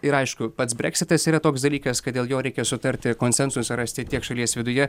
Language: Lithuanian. ir aišku pats breksitas yra toks dalykas kad dėl jo reikia sutarti konsensusą rasti ir tiek šalies viduje